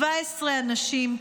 17 אנשים,